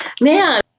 Man